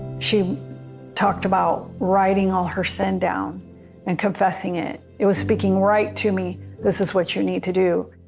she knew talked about writing all her son down and confessing it it was speaking right to me this is what you need to do.